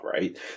right